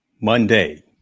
Monday